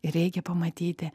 ir reikia pamatyti